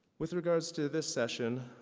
with regards to this session,